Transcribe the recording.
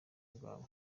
bwawe